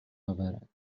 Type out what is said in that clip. اورد